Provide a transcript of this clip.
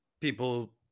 people